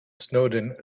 snowden